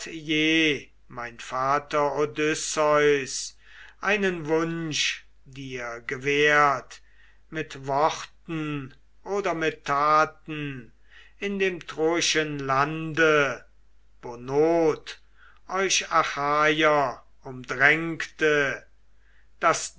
mein vater odysseus einen wunsch dir gewährt mit worten oder mit taten in dem troischen lande wo not euch achaier umdrängte daß